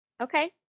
Okay